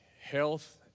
health